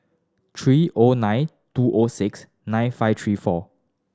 three O nine two O six nine five three four